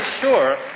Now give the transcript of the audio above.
sure